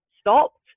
stopped